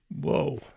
Whoa